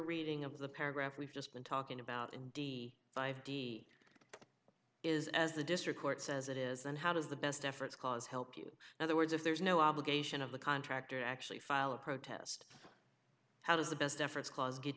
reading of the paragraph we've just been talking about d five d is as the district court says it is and how does the best efforts cause help you other words if there's no obligation of the contractor to actually file a protest how does the best deference clause get